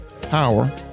power